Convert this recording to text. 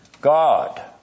God